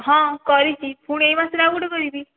ହଁ କରିଛି ପୁଣି ଏ ମାସରେ ଆଉ ଗୋଟେ କରିବି